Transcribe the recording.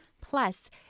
Plus